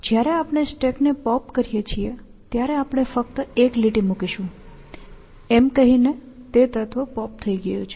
જ્યારે આપણે સ્ટેકને પોપ કરીએ છીએ ત્યારે આપણે ફક્ત એક લીટી મૂકીશું એમ કહીને તે તત્વ પોપ થઈ ગયું છે